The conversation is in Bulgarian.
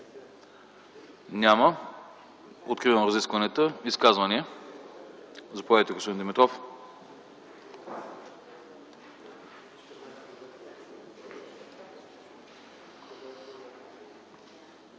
Няма. Откривам разискванията. Изказвания? Заповядайте, господин Димитров.